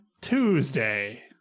tuesday